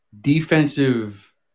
defensive